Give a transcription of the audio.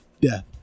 death